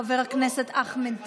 חבר הכנסת אחמד טיבי,